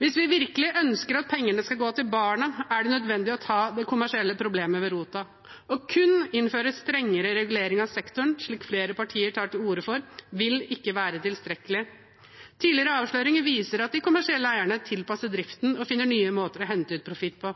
Hvis vi virkelig ønsker at pengene skal gå til barna, er det nødvendig å ta det kommersielle problemet ved roten. Kun å innføre strengere regulering av sektoren, slik flere partier tar til orde for, vil ikke være tilstrekkelig. Tidligere avsløringer viser at de kommersielle eierne tilpasser driften og finner nye måter å hente ut profitt på.